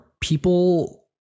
people